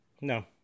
No